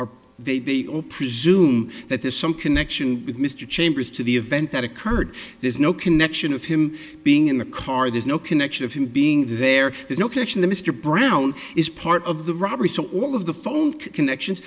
all presume that there's some connection with mr chambers to the event that occurred there's no connection of him being in the car there's no connection of him being there is no connection to mr brown is part of the robbery so all of the phone connections